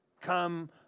come